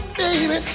baby